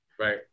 Right